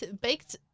Baked